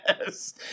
yes